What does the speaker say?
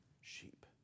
sheep